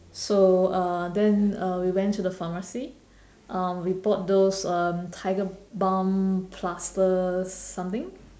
so uh then uh we went to the pharmacy um we bought those um tiger balm plaster something